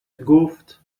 گفت